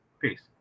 Peace